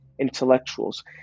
intellectuals